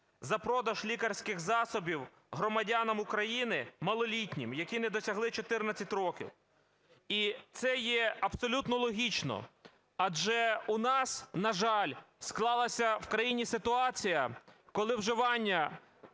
за продаж лікарських засобів громадянам України малолітнім, які не досягли 14 років. І це є абсолютно логічно, адже у нас, на жаль, склалася в країні ситуація, коли вживання